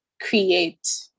create